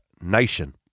Nation